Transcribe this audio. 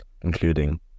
including